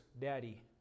daddy